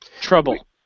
Trouble